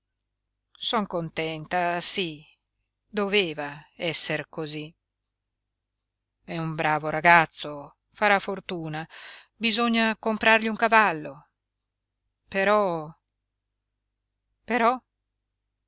son contenta sí doveva esser cosí è un bravo ragazzo farà fortuna bisogna comprargli un cavallo però però